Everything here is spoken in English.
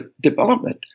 development